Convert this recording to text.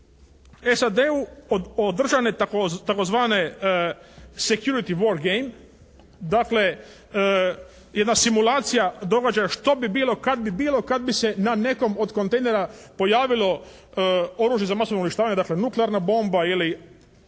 SAD-u održane tzv. security vojn game, dakle jedna simulacija što bi bilo kad bi bilo, kad bi se na nekom od kontejnera pojavilo oružje za masovno uništavanje, dakle nuklearna bomba ili